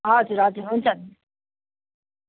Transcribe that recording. हजुर हजुर हुन्छ